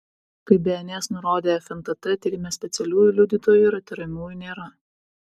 kaip bns nurodė fntt tyrime specialiųjų liudytojų ir įtariamųjų nėra